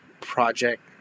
Project